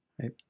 right